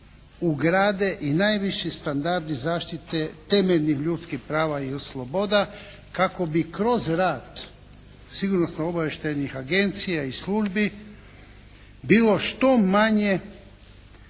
ugrade i najviši standardi zaštite temeljnih ljudskih prava i sloboda kako bi kroz rad sigurnosno-obavještajnih agencija i službi bilo što manje